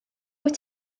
wyt